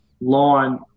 line